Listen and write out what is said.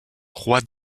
roi